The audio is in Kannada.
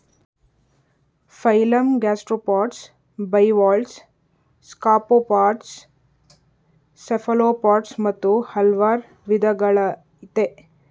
phylum gastropods bivalves scaphopods cephalopods ಮತ್ತು ಹಲ್ವಾರ್ ವಿದಗಳಯ್ತೆ